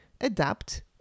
adapt